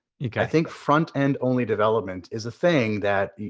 yeah i think front end only development is a thing that,